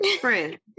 friend